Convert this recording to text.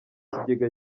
kigega